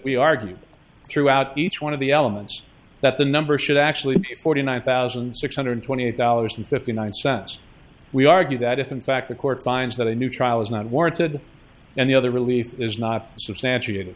we argue throughout each one of the elements that the number should actually be forty nine thousand six hundred twenty eight dollars and fifty nine cents we argue that if in fact the court finds that a new trial is not warranted and the other relief is not substantiated